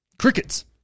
crickets